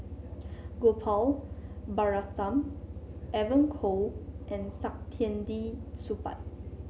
Gopal Baratham Evon Kow and Saktiandi Supaat